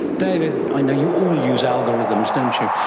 david, i know you all use algorithms, don't you,